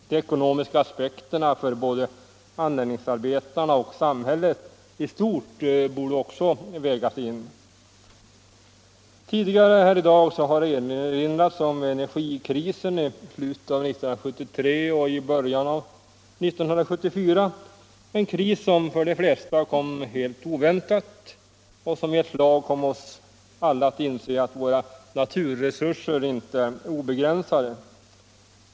De ekonomiska aspekterna för både anläggningsarbetarna och samhället i stort borde också vägas in. Tidigare här i dag har erinrats om energikrisen i slutet av 1973 och början av 1974, en kris som för de flesta kom helt oväntat och som i ett slag kom oss alla att inse att våra naturresurser inte är obegränsade.